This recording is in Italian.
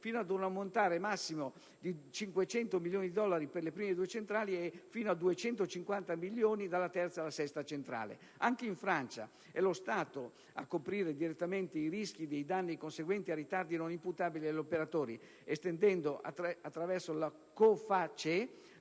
fino ad un ammontare massimo di 500 milioni di dollari per le prime due centrali nucleari e fino a 250 milioni dalla terza alla sesta centrale. Anche in Francia è lo Stato a coprire direttamente i rischi di danni conseguenti a ritardi non imputabili agli operatori, estendendo, attraverso la COFACE,